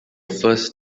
first